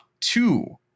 two